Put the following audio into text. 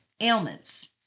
ailments